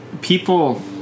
people